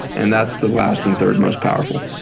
and that's the last and third most powerful.